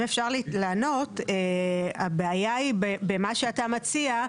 אם אפשר לענות, הבעיה היא במה שאתה מציע,